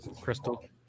crystal